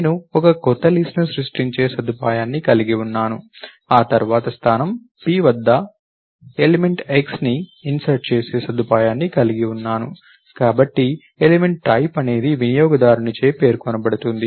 నేను ఒక కొత్త లిస్ట్ ను సృష్టించే సదుపాయాన్ని కలిగి ఉన్నాను ఆ తర్వాత స్థానం p వద్ద ఎలిమెంట్ xని ఇన్సర్ట్ చేసే సదుపాయాన్ని కలిగి ఉన్నాను కాబట్టి ఎలిమెంట్ టైప్ అనేది వినియోగదారుని చే పేర్కొనబడుతుంది